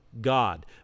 God